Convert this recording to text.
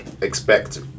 expect